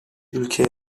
ülke